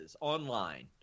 online